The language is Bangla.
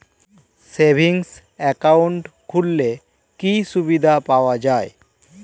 সেভিংস একাউন্ট খুললে কি সুবিধা পাওয়া যায়?